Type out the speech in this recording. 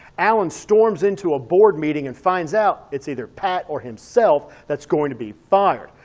alan storms into a board meeting and finds out it's either pat or himself that's going to be fired.